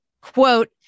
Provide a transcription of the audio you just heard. Quote